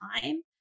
time